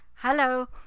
Hello